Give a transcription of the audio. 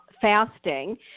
fasting